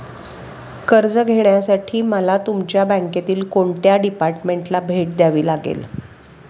कर्ज घेण्यासाठी मला तुमच्या बँकेतील कोणत्या डिपार्टमेंटला भेट द्यावी लागेल?